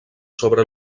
sobre